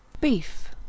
Beef